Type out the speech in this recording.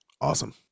Awesome